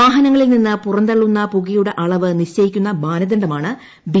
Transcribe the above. വാഹനങ്ങളിൽ നിന്ന് പുറന്തള്ളുന്ന പുകയുടെ അളവ് നിശ്ചയിക്കുന്ന മാനദണ്ഡമാണ് ബി